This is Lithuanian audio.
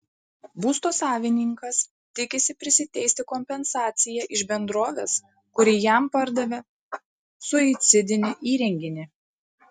būsto savininkas tikisi prisiteisti kompensaciją iš bendrovės kuri jam pardavė suicidinį įrenginį